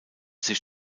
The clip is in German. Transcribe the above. sich